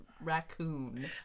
raccoon